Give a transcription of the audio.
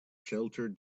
shelter